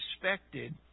expected